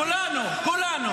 כולנו.